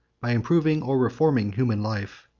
by improving or reforming human life,